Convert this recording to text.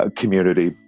community